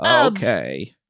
Okay